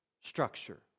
structure